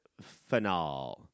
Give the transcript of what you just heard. finale